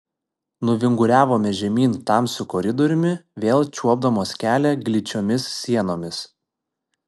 nuvinguriavome žemyn tamsiu koridoriumi vėl čiuopdamos kelią gličiomis sienomis